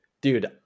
dude